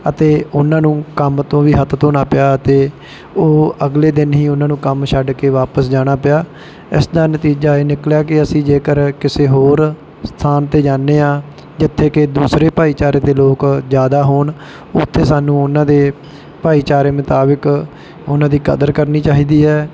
ਅਤੇ ਉਹਨਾਂ ਨੂੰ ਕੰਮ ਤੋਂ ਵੀ ਹੱਥ ਧੋਣਾ ਪਿਆ ਅਤੇ ਉਹ ਅਗਲੇ ਦਿਨ ਹੀ ਉਹਨਾਂ ਨੂੰ ਕੰਮ ਛੱਡ ਕੇ ਵਾਪਸ ਜਾਣਾ ਪਿਆ ਇਸ ਦਾ ਨਤੀਜਾ ਇਹ ਨਿਕਲਿਆ ਕਿ ਅਸੀਂ ਜੇਕਰ ਕਿਸੇ ਹੋਰ ਸਥਾਨ 'ਤੇ ਜਾਂਦੇ ਹਾਂ ਜਿੱਥੇ ਕਿ ਦੂਸਰੇ ਭਾਈਚਾਰੇ ਦੇ ਲੋਕ ਜ਼ਿਆਦਾ ਹੋਣ ਉੱਥੇ ਸਾਨੂੰ ਉਹਨਾਂ ਦੇ ਭਾਈਚਾਰੇ ਮੁਤਾਬਿਕ ਉਹਨਾਂ ਦੀ ਕਦਰ ਕਰਨੀ ਚਾਹੀਦੀ ਹੈ